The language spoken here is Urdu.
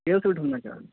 ڈھونڈنا چاہ رہے